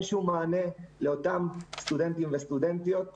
שום מענה לאותם סטודנטים וסטודנטיות החלשים.